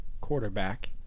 quarterback